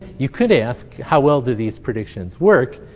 you could ask, how well do these predictions work?